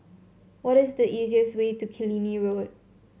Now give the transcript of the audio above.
what is the easiest way to Killiney Road